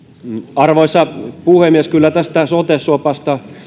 arvoisa puhemies kyllä tästä sote sopasta